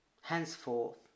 Henceforth